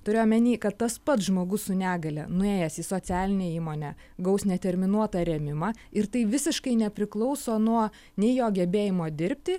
turiu omeny kad tas pats žmogus su negalia nuėjęs į socialinę įmonę gaus neterminuotą rėmimą ir tai visiškai nepriklauso nuo nei jo gebėjimo dirbti